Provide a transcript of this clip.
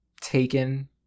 taken